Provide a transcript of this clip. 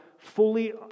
fully